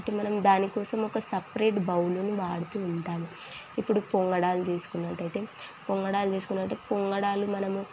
కాబట్టి మనం దాని కోసం ఒక సపరేట్ బౌలుని వాడుతూ ఉంటాము ఇప్పుడు పొంగడాలు చేసుకున్నట్టయితే పొంగడాలు చేసుకున్నట్టయితే పొంగడాలు మనము